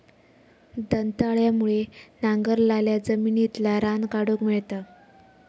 दंताळ्यामुळे नांगरलाल्या जमिनितला रान काढूक मेळता